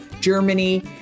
Germany